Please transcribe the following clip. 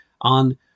on